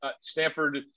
Stanford